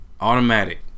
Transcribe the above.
Automatic